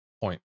point